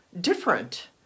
different